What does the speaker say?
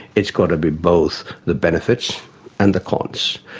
it's got to be both the benefits and the cons.